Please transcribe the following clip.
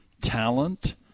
Talent